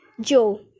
Joe